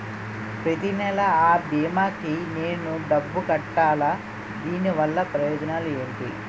ప్రతినెల అ భీమా కి నేను డబ్బు కట్టాలా? దీనివల్ల ప్రయోజనాలు ఎంటి?